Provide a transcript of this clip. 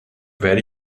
werde